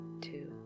two